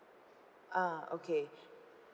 ah okay